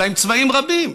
אלא עם צבעים רבים.